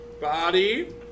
Body